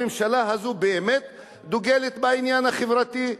הממשלה הזאת באמת דוגלת בעניין החברתי?